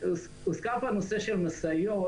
הוזכר פה הנושא של משאיות,